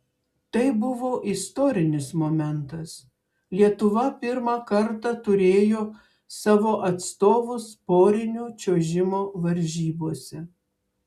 tai buvo istorinis momentas lietuva pirmą kartą turėjo savo atstovus porinio čiuožimo varžybose